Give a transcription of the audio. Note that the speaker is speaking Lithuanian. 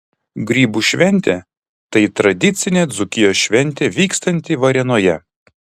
grybų šventė tai tradicinė dzūkijos šventė vykstanti varėnoje